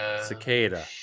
cicada